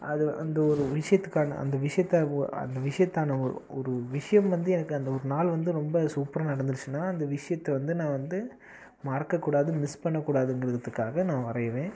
அது அந்த ஒரு விஷயத்துக்கான அந்த விஷயத்தை ஓ அந்த விஷயத்தான ஒரு ஒரு விஷயம் வந்து எனக்கு அந்த ஒரு நாள் வந்து ரொம்ப சூப்பராக நடந்துடுச்சுனா அந்த விஷயத்தை வந்து நான் வந்து மறக்கக்கூடாதுன்னு மிஸ் பண்ண கூடாதுங்கிறதுக்காக நான் வரைவேன்